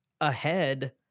ahead